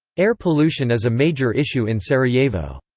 air pollution is a major issue in sarajevo.